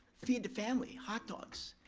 feed the family, hot dogs.